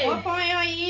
boy yeah